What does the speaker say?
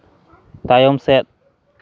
ᱛᱟᱭᱚᱢ ᱥᱮᱫ